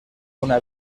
una